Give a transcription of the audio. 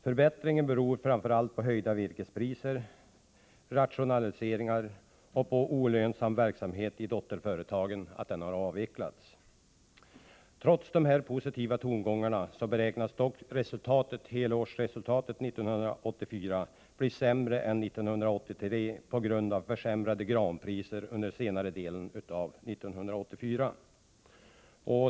Förbättringen beror framför allt på höjda virkespriser, rationaliseringar och på att olönsam verksamhet i dotterföretagen har avvecklats. Trots dessa positiva tongångar beräknas helårsresultatet 1984 bli sämre än 1983 på grund av försämrade granpriser under senare delen av 1984.